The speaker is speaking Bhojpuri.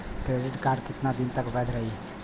क्रेडिट कार्ड कितना दिन तक वैध रही?